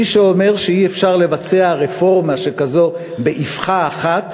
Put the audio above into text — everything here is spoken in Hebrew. מי שאומר שאי-אפשר לבצע רפורמה כזו באבחה אחת